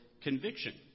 conviction